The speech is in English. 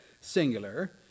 singular